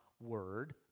word